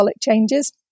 changes